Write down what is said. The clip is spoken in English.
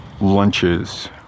lunches